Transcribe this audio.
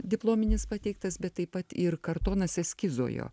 diplominis pateiktas bet taip pat ir kartonas eskizo jo